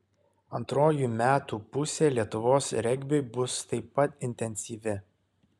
antroji metų pusė lietuvos regbiui bus taip pat intensyvi